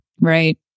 Right